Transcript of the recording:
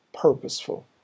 purposeful